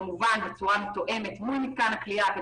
כמובן בצורה מתואמת מול מתקן הכליאה,